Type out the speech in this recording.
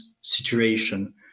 situation